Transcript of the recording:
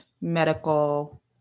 medical